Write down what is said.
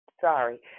sorry